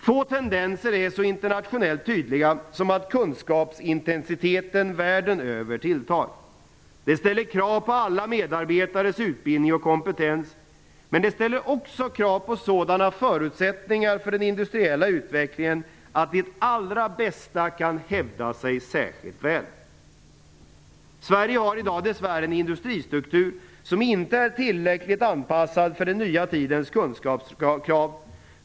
Få tendenser är så internationellt tydliga som att kunskapsintensiteten världen över tilltar. Det ställer krav på alla medarbetares utbildning och kompetens. Men det ställer också krav på sådana förutsättningar för den industriella utvecklingen att det allra bästa kan hävda sig särskilt väl. Sverige har i dag dess värre en industristruktur som inte är tillräckligt anpassad för den nya tidens kunskapskrav.